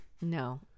no